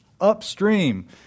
upstream